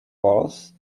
polls